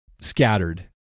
scattered